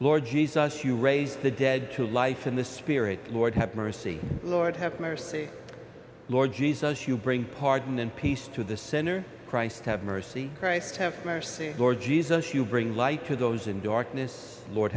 lord jesus you raise the dead to life in the spirit lord have mercy lord have mercy lord jesus you bring pardon and peace to the center christ have mercy christ have mercy lord jesus you bring light to those in darkness lord